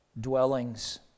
dwellings